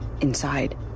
Inside